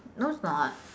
no it's not